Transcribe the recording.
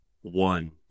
one